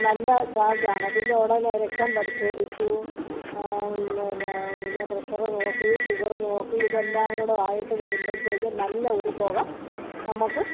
നല്ല ചാർജ്ജാണ് പിന്നെ ഉടനെ രക്തം പരിശോധിച്ചു പിന്നെ പിന്നെ പ്രഷർ നോക്കി ഷുഗർ നോക്കി ഇതെല്ലാം കൂടെയായിട്ട് വരുമ്പോഴത്തേക്കും നല്ല ഒരു തുക നമുക്ക്